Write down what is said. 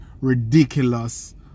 ridiculous